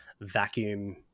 vacuum